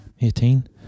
Eighteen